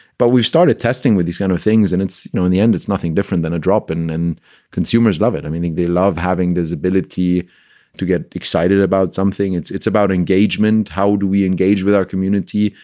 but we've started testing with these kind of things. and it's know in the end it's nothing different than a drop in. and consumers love it. i mean, they love having this ability to get excited about something. it's it's about engagement. how do we engage with our community?